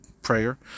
prayer